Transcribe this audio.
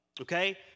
okay